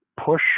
push